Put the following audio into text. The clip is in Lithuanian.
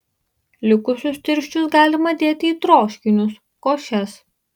likusius tirščius galima dėti į troškinius košes